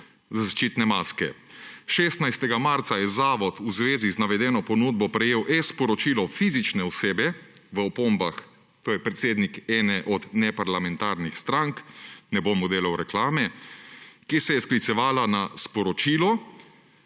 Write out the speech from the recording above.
za zaščitne maske. 16. marca je Zavod v zvezi z navedeno ponudbo prejel e-sporočilo fizične osebe – v opombah, to je predsednik ene od neparlamentarnih strank, ne bom mu delal reklame –, ki se je sklicevala na sporočilo.